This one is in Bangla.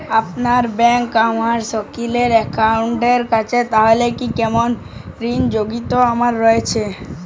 আপনার ব্যাংকে আমার স্যালারি অ্যাকাউন্ট আছে তাহলে কি কোনরকম ঋণ র যোগ্যতা আমার রয়েছে?